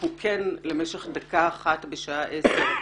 תחת זאת, אנחנו נעצור למשך דקה אחת בשעה 10,